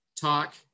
talk